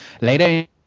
later